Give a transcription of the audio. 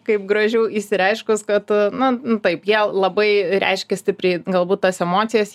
kaip gražiau išsireiškus kad na taip jie labai reiškia stipriai galbūt tas emocijas